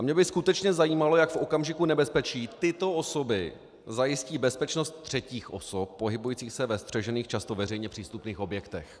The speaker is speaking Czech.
Mě by skutečně zajímalo, jak v okamžiku nebezpečí tyto osoby zajistí bezpečnost třetích osob pohybujících se ve střežených, často veřejně přístupných objektech.